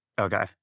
Okay